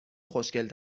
خوشگل